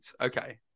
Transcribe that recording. Okay